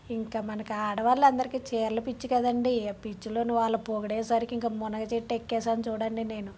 ఇంక మన ఆడవాళ్ళకందరికి చీరల పిచ్చి కదండి ఆ పిచ్చిలోను వాళ్ళు పొగిడేసరికి ఇంక మునగ చెట్టు ఎక్కేశాను చూడండి నేను